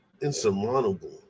insurmountable